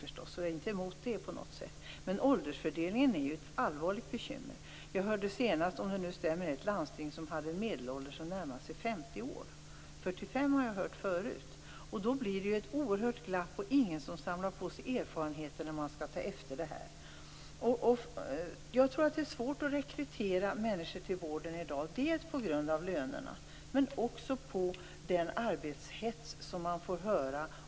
Jag är inte emot det. Åldersfördelningen är ett allvarligt bekymmer. Jag har nu senast hört talas om ett landsting där medelåldern bland personalen är närmare 50 år. Jag har tidigare hört talas om 45 år. Då blir det ett oerhört glapp, och det finns inga med erfarenheter som kan ta över efter dessa. Det är svårt att rekrytera till vården i dag dels på grund av lönerna, dels också på grund av arbetshetsen.